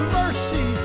mercy